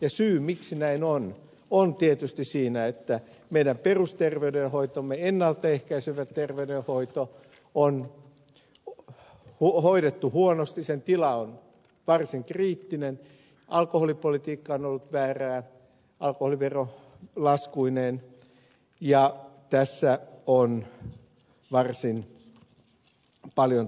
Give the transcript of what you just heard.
ja syy miksi näin on on tietysti siinä että meidän perusterveydenhoitomme ennalta ehkäisevä terveydenhoitomme on hoidettu huonosti sen tila on varsin kriittinen alkoholipolitiikka on ollut väärää alkoholivero laskuineen ja tässä on varsin paljon tehtävissä